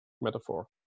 metaphor